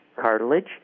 cartilage